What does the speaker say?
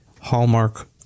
Hallmark